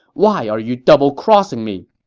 why are you double-crossing me?